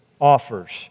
offers